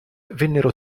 vennero